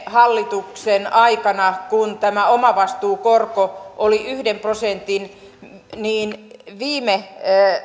hallituksen aikana kun tämä omavastuukorko oli yhden prosentin niin viime